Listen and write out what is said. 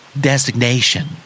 Designation